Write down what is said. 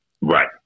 Right